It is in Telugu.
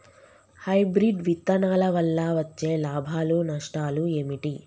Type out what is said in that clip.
హైబ్రిడ్ విత్తనాల వల్ల వచ్చే లాభాలు నష్టాలు ఏమిటి?